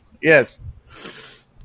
Yes